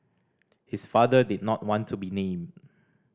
his father did not want to be named